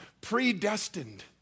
predestined